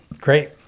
great